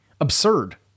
absurd